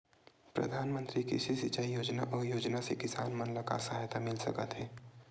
प्रधान मंतरी कृषि सिंचाई योजना अउ योजना से किसान मन ला का सहायता मिलत हे?